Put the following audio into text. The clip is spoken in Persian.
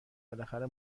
بالاخره